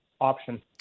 option